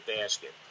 basket